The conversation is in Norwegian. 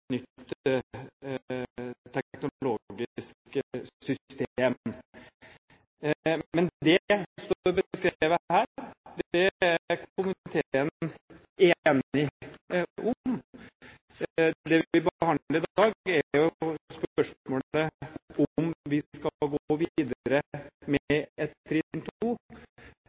teknologisk system. Men det står beskrevet her. Det er komiteen enig om. Det vi behandler i dag, er spørsmålet om vi skal gå videre med et trinn